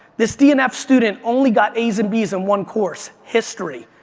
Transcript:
this d and f student only got as and bs in one course, history,